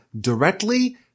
directly